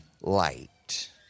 light